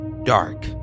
dark